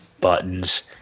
buttons